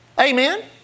Amen